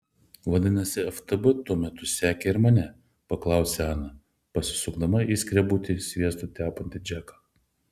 vadinasi ftb tuo metu sekė ir mane paklausė ana pasisukdama į skrebutį sviestu tepantį džeką